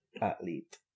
athlete